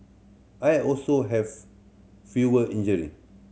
I also have fewer injury